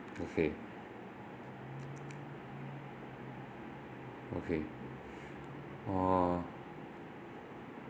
okay okay uh